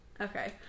Okay